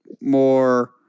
more